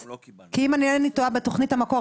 מה אנחנו העלינו בדיון הקודם?